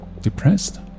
depressed